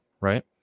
right